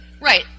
Right